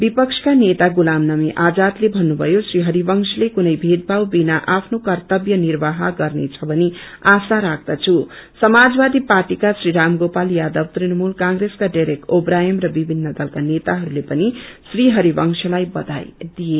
विपक्षका नेता गुलाम नवी आजाद्ते भन्नभयो श्री हरिवंश्रते कुनै भेदभाव बिना आफ्नो कन्नव्य विर्वह्य गर्नेछ भनी आशा राख्दछफ समाजवादी पार्टीका श्री रामगोपाल यादव तृणमूल क्रोसका डेरेक ओत्रायन र विभिन्न दलका नेताहरुले पनि श्री हरिवंशलाई बधाई दिए